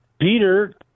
Peter